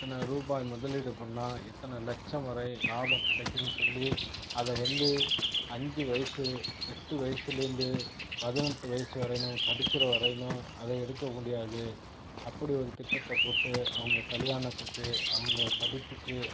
இத்தனை ரூபாய் முதலீடு பண்ணால் இத்தனை லட்சம் வரை லாபம் கிடைக்குனு சொல்லி அது வந்து அஞ்சு வயசு எட்டு வயசுலேந்து பதினெட்டு வயசு வரையிலும் படிக்கிற வரையிலும் அதை எடுக்க முடியாது அப்படி ஒரு திட்டத்தை போட்டு அவங்க கல்யாணத்துக்கு அவங்க படிப்புக்கு